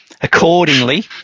accordingly